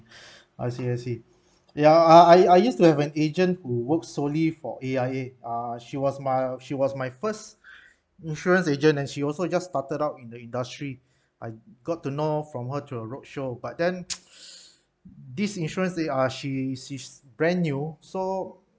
I see I see ya I I used to have an agent who worked solely for A_I_A ah she was my she was my first insurance agent and she also just started out in the industry I got to know from her through a roadshow but then these insurance they ah she she's brand new so